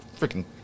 Freaking